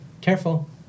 careful